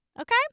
Okay